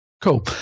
Cool